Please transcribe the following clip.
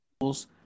tools